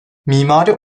mimari